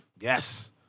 Yes